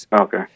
okay